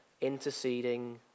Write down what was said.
interceding